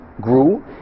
grew